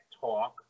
talk